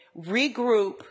regroup